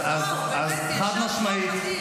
אז, חד-משמעית,